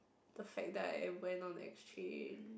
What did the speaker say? the facts die why not exchange